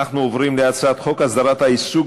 אנחנו עוברים להצעת חוק הסדרת העיסוק